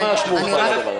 ממש מעורפל הדבר הזה.